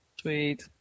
Sweet